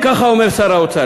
כך אומר שר האוצר,